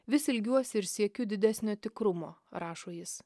vis ilgiuosi ir siekiu didesnio tikrumo rašo jis